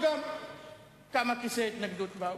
טכני.